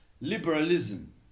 liberalism